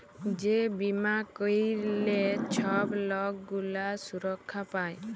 যে বীমা ক্যইরলে ছব লক গুলা সুরক্ষা পায়